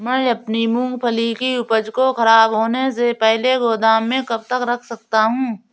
मैं अपनी मूँगफली की उपज को ख़राब होने से पहले गोदाम में कब तक रख सकता हूँ?